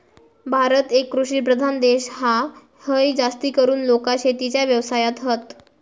भारत एक कृषि प्रधान देश हा, हय जास्तीकरून लोका शेतीच्या व्यवसायात हत